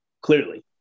clearly